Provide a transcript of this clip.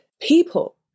people